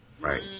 right